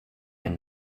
ein